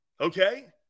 Okay